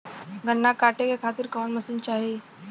गन्ना कांटेके खातीर कवन मशीन चाही?